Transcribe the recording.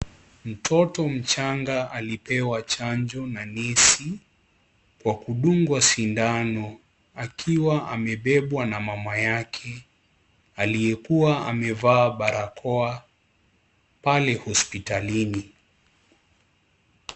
Mtoto mchanga alipewa chanjo na nesi kwa kudungwa sindano akiwa amebebwa na mama yake aliyekuwa amevaa barakoa pale hospitalini.